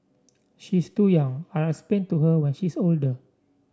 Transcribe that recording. she's too young I'll explain to her when she's older